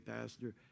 Pastor